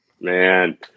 Man